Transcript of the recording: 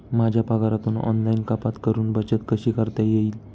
माझ्या पगारातून ऑनलाइन कपात करुन बचत कशी करता येईल?